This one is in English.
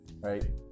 right